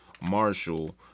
Marshall